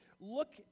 look